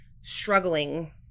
struggling